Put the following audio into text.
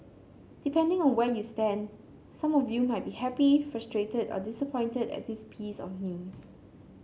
depending on where you stand some of you might be happy frustrated or disappointed at this piece of news